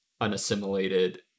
unassimilated